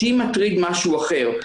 אותו מטריד משהו אחר,